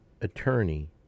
attorney